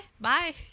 bye